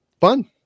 fun